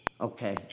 Okay